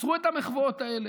תעצרו את המחוות האלה,